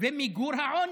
ומיגור העוני.